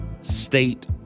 state